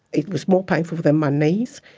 it was more painful than my knees,